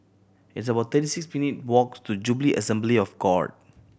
it's about thirty six minute walks to Jubilee Assembly of God